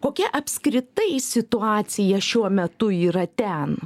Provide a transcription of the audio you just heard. kokia apskritai situacija šiuo metu yra ten